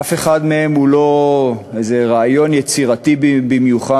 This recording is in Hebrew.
אף אחד מהם הוא לא איזה רעיון יצירתי במיוחד